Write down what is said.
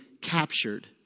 captured